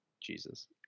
Jesus